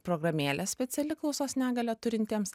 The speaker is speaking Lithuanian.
programėlė speciali klausos negalią turintiems